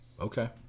Okay